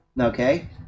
Okay